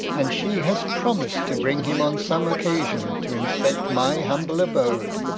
and she has promised to bring him on some occasion to inspect my humble abode.